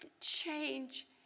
change